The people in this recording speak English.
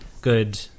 good